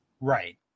Right